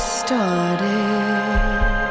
started